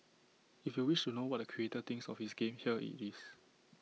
if you wish to know what the creator thinks of his game here IT is